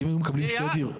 שנייה.